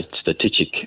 strategic